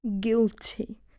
guilty